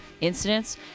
incidents